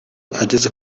ageze